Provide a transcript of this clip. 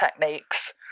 techniques